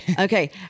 Okay